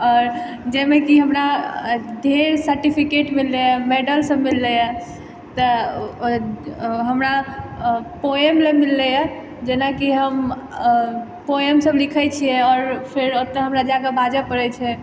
आओर जायमे कि हमरा ढ़ेर सर्टिफिकेट मिललै मैडल मिललै तऽ हमरा पोएम लए मिललै जेनाकि हम पोएम सब लिखैय छियै आओर फेर ओतय जा कऽ बाजै पड़ै छै